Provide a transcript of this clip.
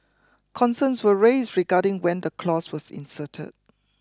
concerns were raised regarding when the clause was inserted